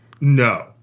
No